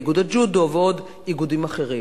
איגוד הג'ודו ועוד איגודים אחרים.